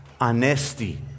Anesti